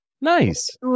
Nice